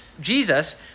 Jesus